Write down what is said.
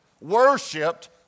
worshipped